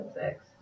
sex